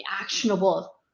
actionable